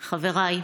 חבריי,